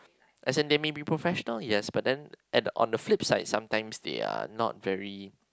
as in they may be professional yes but then and on the flip side sometimes they are not very